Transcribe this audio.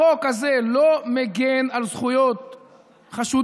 החוק הזה לא מגן על זכויות חשודים,